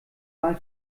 mal